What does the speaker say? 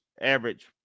average